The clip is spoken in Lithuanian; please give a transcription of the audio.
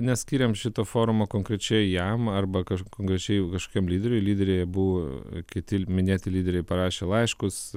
neskyrėm šito forumo konkrečiai jam arba kaž konkrečiai kažkokiam lyderiui lyderiai abu kiti minėti lyderiai parašė laiškus